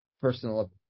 personal